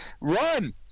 run